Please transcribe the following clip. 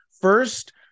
first